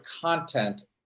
content